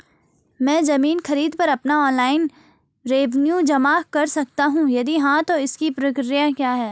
मैं ज़मीन खरीद पर अपना ऑनलाइन रेवन्यू जमा कर सकता हूँ यदि हाँ तो इसकी प्रक्रिया क्या है?